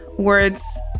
words